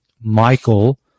Michael